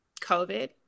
COVID